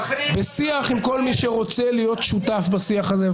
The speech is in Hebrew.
בשיח עם כל מי שרוצה להיות שותף בשיח הזה.